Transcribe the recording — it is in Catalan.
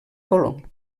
color